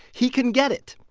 he can get it.